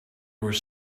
were